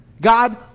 God